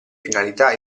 finalità